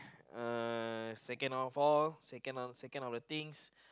uh second of all second second of the things